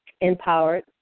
Empowered